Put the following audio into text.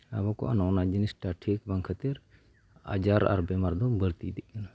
ᱟᱵᱚ ᱠᱚᱣᱟᱜ ᱱᱚᱜᱼᱚᱸᱭ ᱱᱟ ᱡᱤᱱᱤᱥᱴᱟ ᱴᱷᱤᱠ ᱵᱟᱝ ᱠᱷᱟᱹᱛᱤᱨ ᱟᱡᱟᱨ ᱟᱨ ᱵᱤᱢᱟᱨ ᱫᱚ ᱵᱟᱹᱲᱛᱤ ᱤᱫᱤᱜ ᱠᱟᱱᱟ